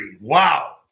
Wow